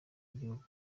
w’igihugu